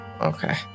Okay